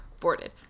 boarded